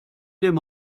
dem